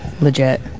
Legit